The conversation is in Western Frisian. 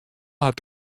hat